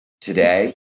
today